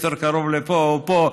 יותר קרוב לפה או לפה,